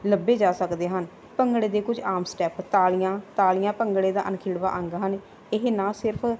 ਲੱਭੀ ਜਾ ਸਕਦੇ ਹਨ ਭੰਗੜੇ ਦੇ ਕੁਝ ਆਮ ਸਟੈਪ ਤਾਲੀਆਂ ਤਾਲੀਆਂ ਭੰਗੜੇ ਦਾ ਅਣਖੀਲਾ ਅੰਗ ਹਨ ਇਹ ਨਾ ਸਿਰਫ